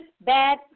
bad